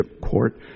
court